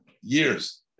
years